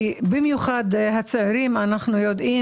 במיוחד הצעירים, אנו יודעים